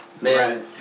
Man